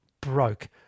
broke